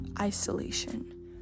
isolation